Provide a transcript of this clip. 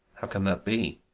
how can that be?